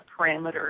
parameters